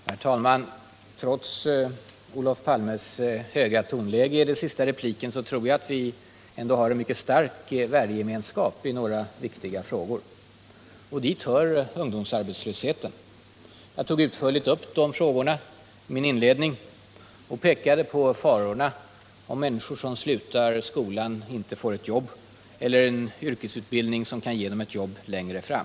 Herr talman! Trots Olof Palmes höga tonläge i den senaste repliken tror jag att vi ändå har en mycket stark värdegemenskap i några viktiga frågor. Dit hör ungdomsarbetslösheten. Jag tog utförligt upp de frågorna i min inledning och pekade på farorna om människor som slutar skolan inte får ett jobb eller en yrkesutbildning som kan ge dem ett jobb längre fram.